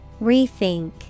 Rethink